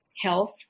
health